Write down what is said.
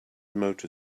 motor